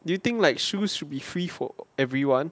you think like shoes will be free for everyone